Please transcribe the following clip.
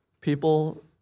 people